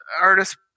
artist